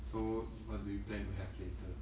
so what do you plan to have later